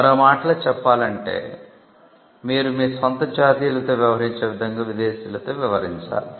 మరో మాటలో చెప్పాలంటే మీరు మీ స్వంత జాతీయులతో వ్యవహరించే విధంగా విదేశీయులతో వ్యవహరించాలి